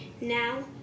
Now